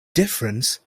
difference